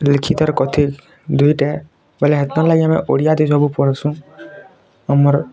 ଲିଖିତରେ କଥିତ୍ ଦୁଇଟା ବୋଲେ ହେତ ଲାଗି ଆମେ ଓଡ଼ିଆ ଆଦି ପଢ଼ୁଛୁ ଆମର